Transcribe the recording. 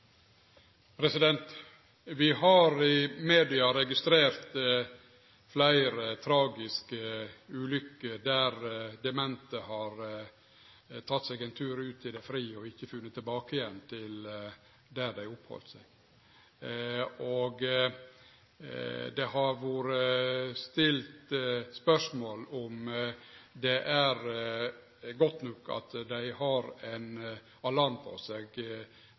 media registrert fleire tragiske ulykker der demente har teke seg ein tur ut i det fri og ikkje funne tilbake igjen til der dei oppheldt seg. Det har vore stilt spørsmål ved om det er godt nok at dei har ein alarm på seg.